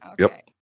Okay